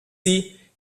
sie